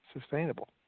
sustainable